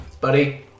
Buddy